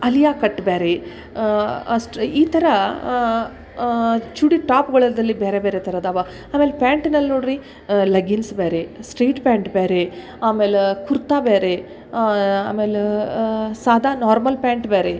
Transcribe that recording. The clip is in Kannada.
ಆಲಿಯಾ ಕಟ್ ಬ್ಯಾರೆ ಅಷ್ಟು ಈ ಥರ ಚೂಡಿ ಟಾಪ್ಗಳದಲ್ಲಿ ಬೇರೆ ಬೇರೆ ಥರ ಅದಾವ ಆಮೇಲೆ ಪ್ಯಾಂಟ್ನಲ್ಲಿ ನೋಡಿರಿ ಲೆಗ್ಗಿನ್ಸ್ ಬ್ಯಾರೆ ಸ್ಟ್ರೈಟ್ ಪ್ಯಾಂಟ್ ಬ್ಯಾರೆ ಆಮೇಲೆ ಕುರ್ತ ಬ್ಯಾರೆ ಆಮೇಲೆ ಸಾದಾ ನಾರ್ಮಲ್ ಪ್ಯಾಂಟ್ ಬ್ಯಾರೆ